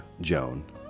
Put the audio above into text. Joan